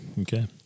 Okay